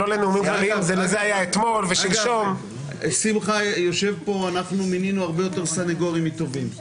אגב, אנחנו מינינו הרבה יותר סניגורים מתובעים.